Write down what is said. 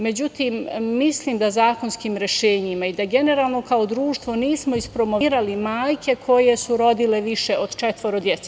Međutim, mislim da zakonskim rešenjima i da generalno kao društvo nismo ispromovirali majke koje su rodile više od četvoro dece.